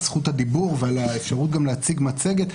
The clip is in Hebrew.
זכות הדיבור וגם על האפשרות להציג מצגת.